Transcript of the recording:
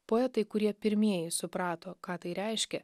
poetai kurie pirmieji suprato ką tai reiškia